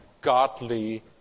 godly